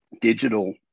digital